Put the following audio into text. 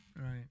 Right